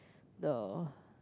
the